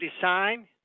design